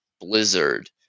Blizzard